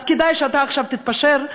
אז כדאי שעכשיו תתפשר.